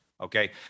okay